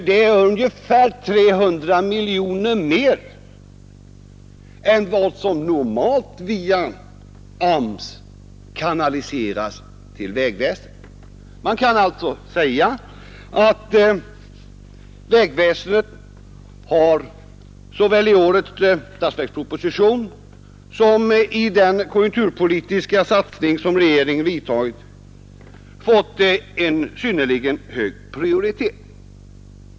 Det är ungefär 300 miljoner mer än vad som normalt kanaliseras till vägväsendet via AMS. Man kan alltså säga att vägväsendet, såväl i årets statsverksproposition som i den konjunkturpolitiska satsning som regeringen gjort, har fått en synnerligen hög prioritet.